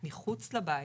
מחוץ לבית.